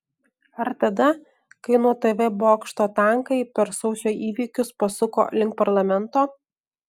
ar tada kai nuo tv bokšto tankai per sausio įvykius pasuko link parlamento